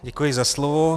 Děkuji za slovo.